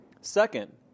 Second